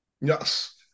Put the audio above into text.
yes